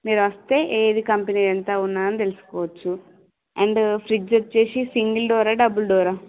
మీరొస్తే ఏది కంపెనీ ఎంత ఉన్నది అనేది తెలుసుకోవచ్చు అండ్ ఫ్రిడ్జ్ వచ్చేసి సింగిల్ డోరా డబల్ డోరా